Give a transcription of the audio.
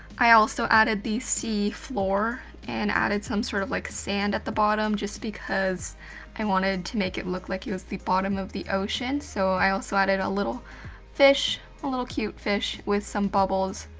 i also added the sea floor, and added some sort of like sand at the bottom just because i wanted to make it look like it was the bottom of the ocean. so i also added a little fish, a little cute fish with some bubbles,